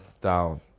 down